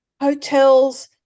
hotels